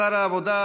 שר העבודה,